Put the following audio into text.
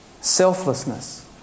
Selflessness